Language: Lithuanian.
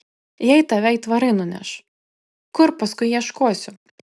jei tave aitvarai nuneš kur paskui ieškosiu